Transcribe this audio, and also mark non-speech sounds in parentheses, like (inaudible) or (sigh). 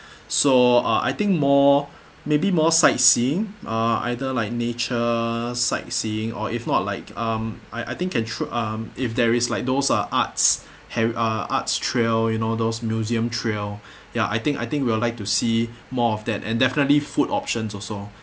so uh I think more maybe more sightseeing uh either like nature sightseeing or if not like um I I think can tru~ um if there is like those uh arts he~ arts trail you know those museum trail (breath) ya I think I think we are like to see more of that and definitely food options also